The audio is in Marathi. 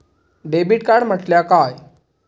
डेबिट कार्ड म्हटल्या काय?